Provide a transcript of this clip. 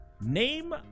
Name